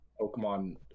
Pokemon